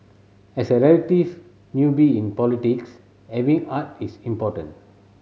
as a relative newbie in politics having heart is important